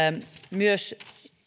myös